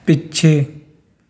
ਪਿੱਛੇ